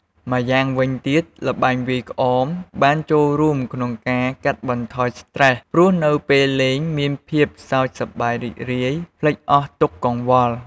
ម្យ៉ាងវិញទៀតល្បែងវាយក្អមបានចូលរួមក្នុងការកាត់បន្ថយស្ត្រេស ព្រោះនៅពេលលេងមានភាពសើចសប្បាយរីករាយភ្លេចអស់ទុក្ខកង្វល់។